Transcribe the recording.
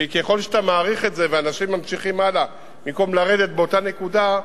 כי ככל שאתה מאריך את זה ואנשים ממשיכים הלאה במקום לרדת באותה נקודה,